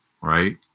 right